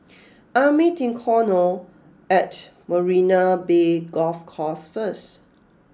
I am meeting Connor at Marina Bay Golf Course first